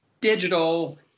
digital